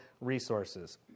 resources